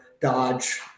Dodge